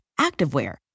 activewear